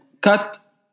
cut